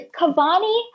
Cavani